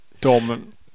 Dormant